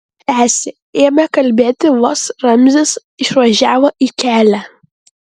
tęsė ėmė kalbėti vos ramzis išvažiavo į kelią